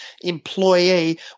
employee